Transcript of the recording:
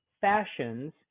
fashions